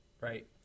Right